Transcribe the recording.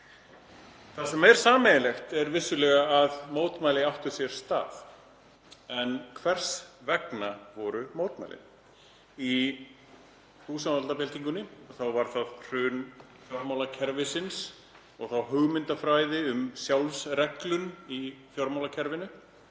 Það sem er vissulega sameiginlegt er að mótmæli áttu sér stað. En hvers vegna voru mótmælin? Í búsáhaldabyltingunni var það hrun fjármálakerfisins og hugmyndafræðin um sjálfsreglun í fjármálakerfinu.